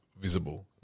visible